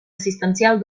assistencial